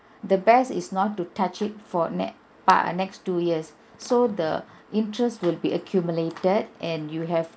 the best is not to touch it for ne~ pa~ next two years so the interest will be accumulated and you have